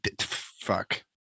Fuck